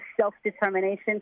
self-determination